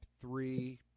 three